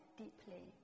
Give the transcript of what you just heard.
deeply